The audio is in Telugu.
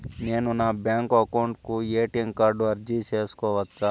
నేను నా బ్యాంకు అకౌంట్ కు ఎ.టి.ఎం కార్డు అర్జీ సేసుకోవచ్చా?